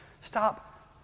Stop